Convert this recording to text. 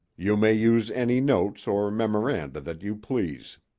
you may use any notes or memoranda that you please.